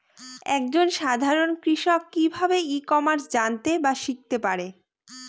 এক জন সাধারন কৃষক কি ভাবে ই কমার্সে জানতে বা শিক্ষতে পারে?